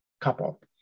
couple